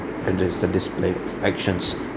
a dis~ a display of actions